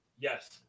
Yes